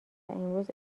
امروز